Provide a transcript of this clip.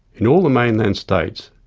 in all the mainland states,